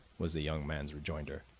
was the young man's rejoinder,